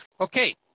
okay